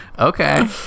Okay